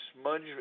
smudge